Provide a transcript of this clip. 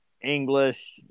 English